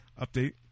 update